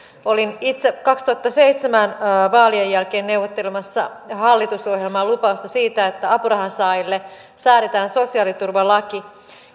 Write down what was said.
olin itse kaksituhattaseitsemän vaalien jälkeen neuvottelemassa hallitusohjelmaan lupausta siitä että apurahansaajille säädetään sosiaaliturvalaki